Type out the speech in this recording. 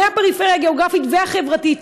מהפריפריה הגיאוגרפית והחברתית,